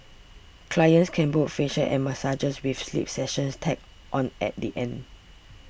clients can book facials and massages with sleep sessions tacked on at the end